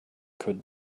could